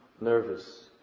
nervous